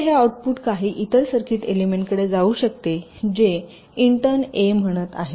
तर हे आउटपुट काही इतर सर्किट एलिमेंटकडे जाऊ शकते जे इंटर्न ए म्हणत आहे